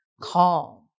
calm